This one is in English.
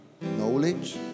knowledge